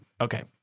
Okay